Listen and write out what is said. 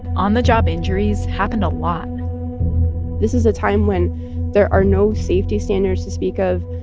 on-the-job injuries happened a lot this is a time when there are no safety standards to speak of.